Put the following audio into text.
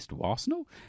Arsenal